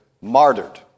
martyred